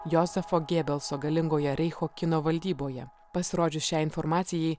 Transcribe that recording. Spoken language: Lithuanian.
jozefo gėbelso galingoje reicho kino valdyboje pasirodžius šiai informacijai